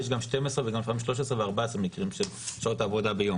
יש גם מקרים של 12 ולפעמים גם 13 ו-14 שעות עבודה ביום.